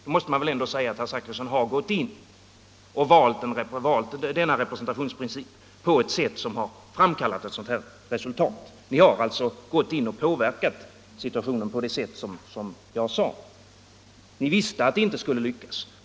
Då måste man väl ändå säga att herr Zachrisson har gått in och valt denna representationsprincip på ett sätt som har framkallat ett sådant resultat. Ni har alltså gått in och påverkat situationen på det sätt som jag sade. Ni visste att det inte skulle lyckas.